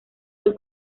del